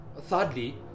thirdly